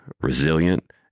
resilient